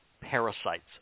parasites